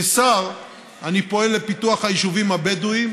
כשר אני פועל לפיתוח היישובים הבדואיים